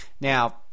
Now